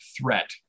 threat